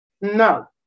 no